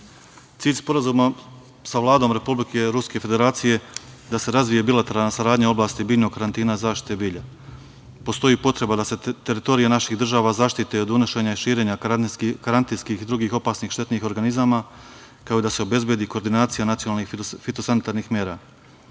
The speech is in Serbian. Sporazuma sa Vladom Republike Ruske Federacije je da se razvije bilateralna saradnja u oblasti biljnog karantina zaštite bilja. Postoji potreba da se teritorija naših država zaštite od unošenja i širenja karantinskih i drugih opasnih štetnih organizama, kao i da se obezbedi koordinacija nacionalnih fitosanitarnih mera.